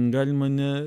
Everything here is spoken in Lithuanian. gali mane